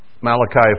Malachi